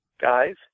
guys